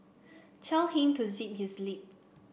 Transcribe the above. tell him to zip his lip